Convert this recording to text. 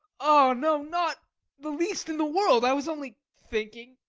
oh, no, not the least in the world i was only thinking.